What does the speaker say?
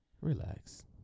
Relax